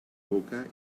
boca